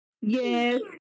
Yes